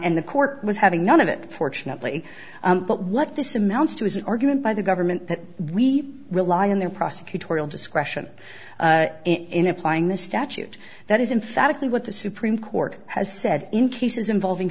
and the court was having none of it fortunately but what this amounts to is an argument by the government that we rely on their prosecutorial discretion in applying the statute that is infallibly what the supreme court has said in cases involving